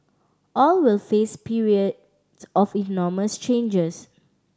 all will face periods of enormous changes